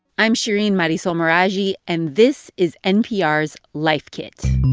i'm shereen marisol meraji, and this is npr's life kit